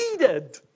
needed